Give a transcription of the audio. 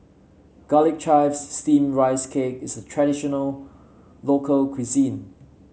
Garlic Chives Steamed Rice Cake is a traditional local cuisine